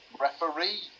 referee